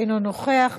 אינו נוכח,